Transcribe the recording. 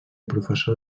professor